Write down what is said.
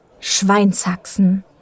Schweinshaxen